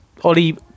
Ollie